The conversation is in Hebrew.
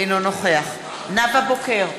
אינו נוכח נאוה בוקר,